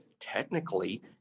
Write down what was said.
Technically